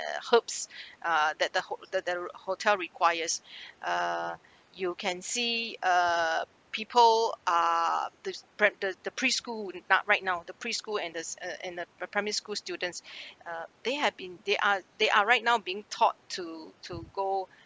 uh herbs uh that the ho~ that the re~ hotel requires uh you can see uh people are there's pre~ the the preschool is being taught right now the preschool and this uh and the pri~ primary school students uh they have been they are they are right now being taught to to go